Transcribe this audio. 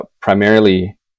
primarily